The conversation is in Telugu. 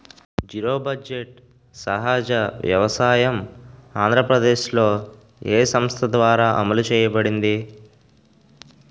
జీరో బడ్జెట్ సహజ వ్యవసాయం ఆంధ్రప్రదేశ్లో, ఏ సంస్థ ద్వారా అమలు చేయబడింది?